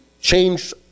change